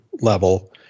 level